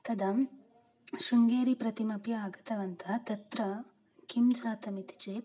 तदा श्रुङ्गेरि प्रतिमपि आगतवन्तः तत्र किं जातम् इति चेत्